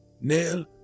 Nell